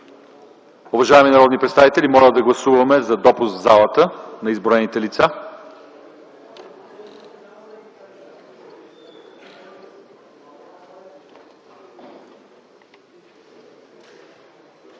Уважаеми народни представители, моля да гласуваме за допуск в залата на изброените лица.